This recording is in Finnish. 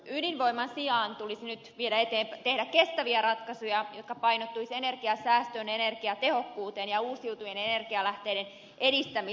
ydinvoiman sijaan tulisi nyt tehdä kestäviä ratkaisuja jotka painottuisivat energian säästöön energiatehokkuuteen ja uusiutuvien energialähteiden edistämiseen